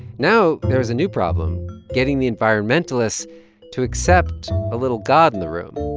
now there was a new problem getting the environmentalists to accept a little god in the room.